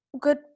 good